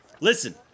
Listen